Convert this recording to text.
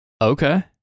Okay